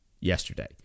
yesterday